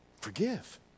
forgive